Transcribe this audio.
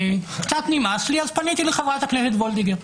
קצת נמאס לי, אז פניתי לחברת הכנסת וולדיגר,